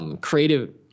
creative